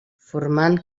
formant